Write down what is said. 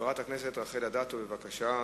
חברת הכנסת רחל אדטו, בבקשה.